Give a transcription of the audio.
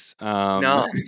No